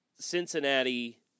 Cincinnati